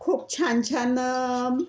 खूप छान छान